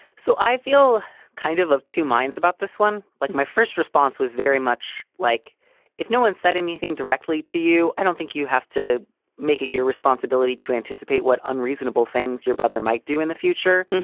so i feel kind of of two minds about this one like my first response was very much like if no one said anything directly to you. i don't think you have to make it your responsibility to anticipate what unreasonable things your brother might do in the future.